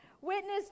Witness